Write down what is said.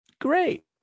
great